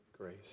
grace